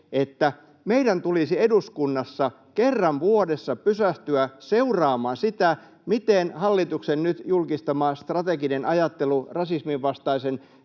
että meidän tulisi eduskunnassa kerran vuodessa pysähtyä seuraamaan sitä, miten hallituksen nyt julkistama strateginen ajattelu rasismin vastaisen